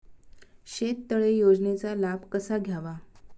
शेततळे योजनेचा लाभ कसा घ्यावा?